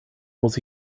muss